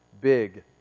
big